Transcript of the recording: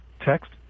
text